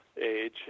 Age